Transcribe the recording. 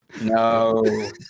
no